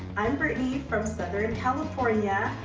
i'm brittany from southern california.